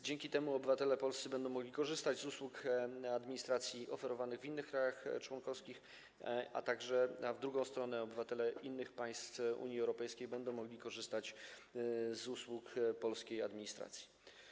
Dzięki temu obywatele polscy będą mogli korzystać z usług administracji oferowanych w innych krajach członkowskich, a także w drugą stronę - obywatele innych państw Unii Europejskiej będą mogli korzystać z usług polskiej administracji.